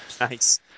Nice